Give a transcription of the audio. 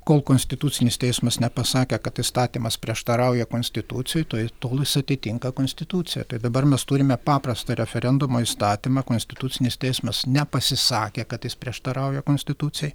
kol konstitucinis teismas nepasakė kad įstatymas prieštarauja konstitucijai tai tol jis atitinka konstituciją tai dabar mes turime paprastą referendumo įstatymą konstitucinis teismas nepasisakė kad jis prieštarauja konstitucijai